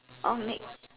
of make